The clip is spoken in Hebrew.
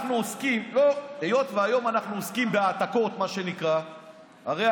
וגם קראתי